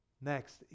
Next